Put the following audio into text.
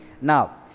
Now